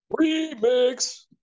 remix